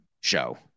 show